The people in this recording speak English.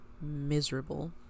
miserable